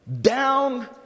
down